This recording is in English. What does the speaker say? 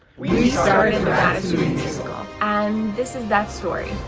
we started the ratatouille musical. an this is that story.